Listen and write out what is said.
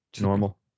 Normal